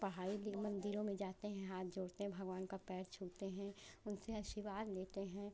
पढ़ाई मंदिरों में जाते हैं हाथ जोड़ते हैं भगवान का पैर छूते हैं उनसे आशिर्वाद लेते हैं